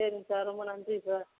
சரிங்க சார் ரொம்ப நன்றி சார்